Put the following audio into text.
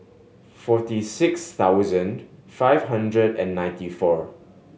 forty six thousand five hundred and ninety four